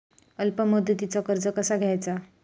अल्प मुदतीचा कर्ज कसा घ्यायचा?